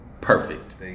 Perfect